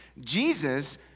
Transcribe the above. Jesus